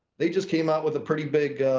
they just came out with a pretty big